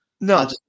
No